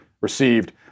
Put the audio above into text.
received